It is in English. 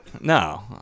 No